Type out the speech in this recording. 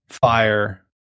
fire